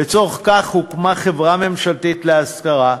לצורך כך הוקמה חברה ממשלתית להשכרה,